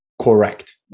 Correct